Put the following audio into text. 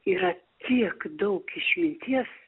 yra tiek daug išminties